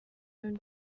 learn